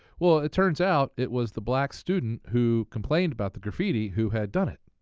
well, it turns out it was the black student who complained about the graffiti who had done it.